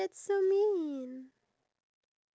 ya that's one of them